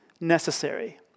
necessary